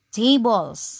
tables